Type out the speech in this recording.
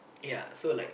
ya so like